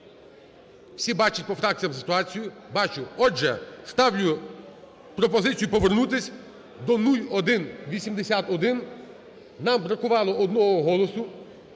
Всі бачать по фракціям ситуацію. Бачу, отже, ставлю пропозицію повернутися до 0181. Нам бракувало одного голосу